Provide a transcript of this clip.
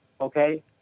Okay